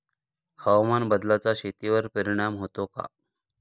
हवामान बदलाचा शेतीवर परिणाम होतो का?